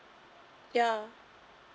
ya